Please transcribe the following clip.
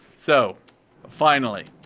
so finally,